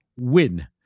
win